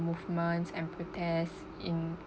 movements and protests in